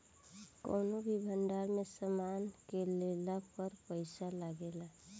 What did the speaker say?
कौनो भी भंडार में सामान के लेला पर पैसा लागेला